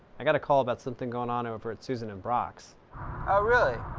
i got a call about something going on over at susan and brock's. oh really?